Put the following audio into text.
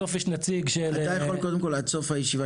בסוף יש נציג של --- אתה יכול עד סוף הישיבה